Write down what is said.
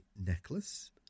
necklace